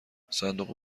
صندوق